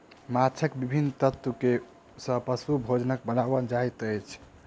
माँछक विभिन्न तत्व सॅ पशु भोजनक बनाओल जाइत अछि